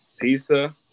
pizza